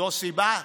זו סיבה?